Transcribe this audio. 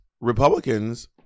Republicans